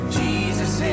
jesus